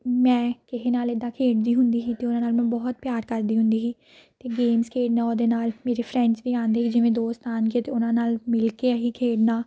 ਮੈਂ ਕਿਸੇ ਨਾਲ ਇੱਦਾਂ ਖੇਡਦੀ ਹੁੰਦੀ ਸੀ ਅਤੇ ਉਹਨਾਂ ਨਾਲ ਮੈਂ ਬਹੁਤ ਪਿਆਰ ਕਰਦੀ ਹੁੰਦੀ ਸੀ ਅਤੇ ਗੇਮਸ ਖੇਡਣਾ ਉਹਦੇ ਨਾਲ ਮੇਰੇ ਫਰੈਂਡਸ ਵੀ ਆਉਂਦੇ ਸੀ ਜਿਵੇਂ ਦੋਸਤ ਆਉਣ ਕੇ ਅਤੇ ਉਹਨਾਂ ਨਾਲ ਮਿਲ ਕੇ ਅਸੀਂ ਖੇਡਣਾ